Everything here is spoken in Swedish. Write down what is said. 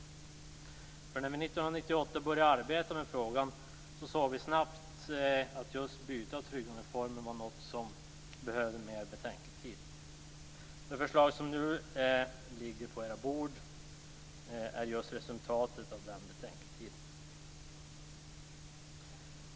När vi 1998 började arbeta med frågan såg vi snabbt att just byte av tryggandeform var något som gjorde att vi behövde mer betänketid. Det förslag som nu ligger på era bord är resultatet av den betänketiden.